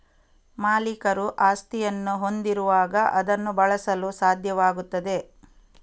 ಮಾಲೀಕರು ಆಸ್ತಿಯನ್ನು ಹೊಂದಿರುವಾಗ ಅದನ್ನು ಬಳಸಲು ಸಾಧ್ಯವಾಗುತ್ತದೆ